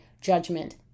judgment